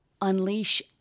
unleash